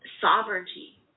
sovereignty